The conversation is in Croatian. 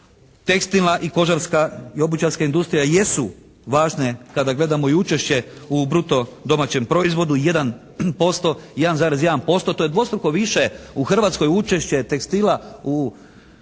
tekstilna i kožarska i obućarska industrija jesu važne kada gledamo i učešće u bruto domaćem proizvodnu 1%. 1,1% to je dvostruko više u Hrvatskoj učešće tekstila u BDP-u